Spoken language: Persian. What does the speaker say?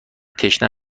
تشنه